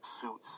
suits